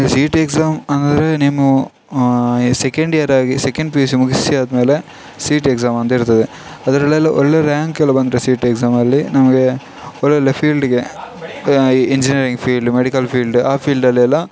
C E T exam ಅಂದರೆ ನಿಮ್ಮ ಈ ಸೆಕೆಂಡಿಯರಾಗಿ ಸೆಕೆಂಡ್ ಪಿ ಯು ಸಿ ಮುಗಿಸಿ ಆದಮೇಲೆ ಸಿ ಇ ಟಿ ಎಕ್ಸಾಮ್ ಅಂತ ಇರ್ತದೆ ಅದರಲ್ಲೆಲ್ಲ ಒಳ್ಳೆಯ ರ್ಯಾಂಕ್ ಎಲ್ಲ ಬಂದರೆ ಸಿ ಇ ಟಿ ಎಕ್ಸಾಮಲ್ಲಿ ನಮಗೆ ಒಳ್ಳೆೊಳ್ಳೆಯ ಫೀಲ್ಡಿಗೆ ಇಂಜಿನಿಯರಿಂಗ್ ಫೀಲ್ಡ್ ಮೆಡಿಕಲ್ ಫೀಲ್ಡ್ ಆ ಫೀಲ್ಡಲ್ಲೆಲ್ಲ